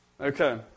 Okay